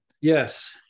yes